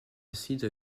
acide